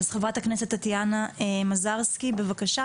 ח"כ טטיאנה מזרסקי בבקשה.